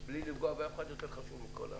מבלי לפגוע באף אחד, לעיתים הוא יותר חשוב מכולם.